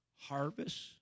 harvest